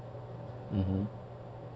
mmhmm